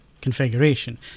configuration